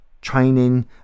training